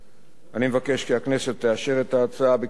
אני מבקש שהכנסת תאשר את ההצעה בקריאה ראשונה